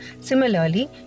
Similarly